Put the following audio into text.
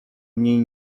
mniej